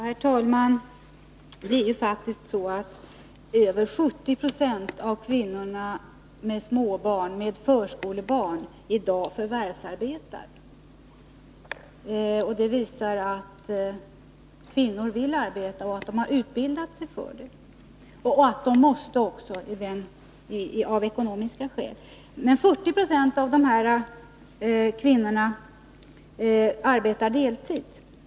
Herr talman! Över 70 96 av kvinnorna med förskolebarn förvärvsarbetar i dag. Det visar att kvinnor vill arbeta, har utbildat sig för det och att de — av ekonomiska skäl — måste göra det. 40 96 av dessa kvinnor arbetar deltid.